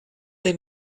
they